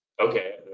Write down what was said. okay